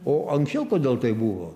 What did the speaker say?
o anksčiau kodėl taip buvo